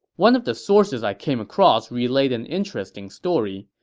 one of the sources i came across relayed an interesting story.